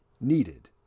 needed